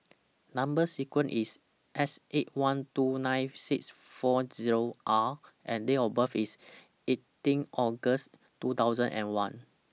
Number sequence IS S eight one two nine six four Zero R and Date of birth IS eighteen August two thousand and one